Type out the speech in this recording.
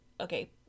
okay